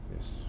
yes